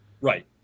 Right